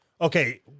Okay